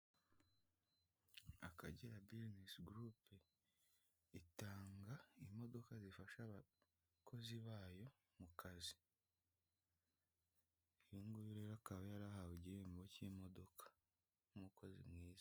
Akagera bizinesi gurupe itanga imodoka zifasha abakozi bayo mu kazi, uyu nguyu rero akaba yarahawe igihembo k'imodoka nk'umukozi mwiza.